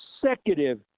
consecutive